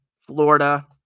Florida